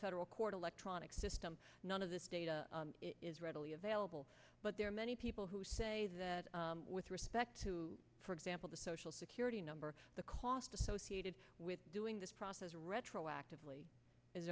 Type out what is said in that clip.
federal court electronic system none of this data is readily available but there are many people who say that with respect to for example the social security number the cost associated with doing this process retroactively is